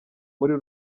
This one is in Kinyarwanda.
muri